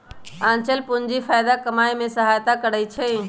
आंचल पूंजी फयदा कमाय में सहयता करइ छै